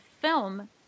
film